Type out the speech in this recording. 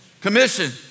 Commission